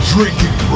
Drinking